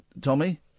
Tommy